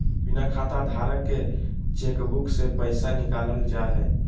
बिना खाताधारक के चेकबुक से पैसा निकालल जा हइ